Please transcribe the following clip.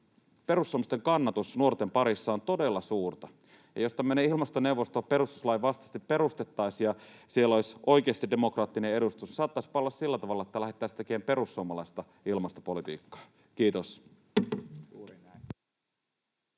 perussuomalaisten kannatus nuorten parissa on todella suurta, ja jos tämmöinen ilmastoneuvosto perustuslain vastaisesti perustettaisiin ja siellä olisi oikeasti demokraattinen edustus, niin saattaisipa olla sillä tavalla, että lähdettäisiin tekemään perussuomalaista ilmastopolitiikkaa. — Kiitos.